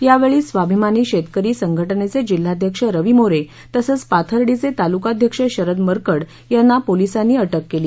यावेळी स्वाभिमानी शेतकरी संघटनेचे जिल्हाध्यक्ष रवी मोरे तसंच पाथर्डीचे तालुकाध्यक्ष शरद मरकड यांना पोलिसांनी अटक केली